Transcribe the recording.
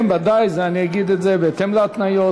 בוודאי, אני אגיד את זה, בהתאם להתניות.